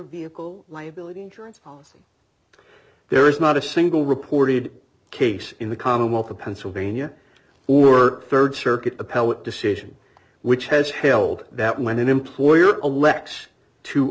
vehicle liability insurance policy there is not a single reported case in the commonwealth of pennsylvania or rd circuit appellate decision which has held that when an employer aleck's to